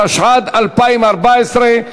התשע"ד 2014,